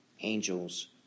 angels